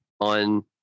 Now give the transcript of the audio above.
on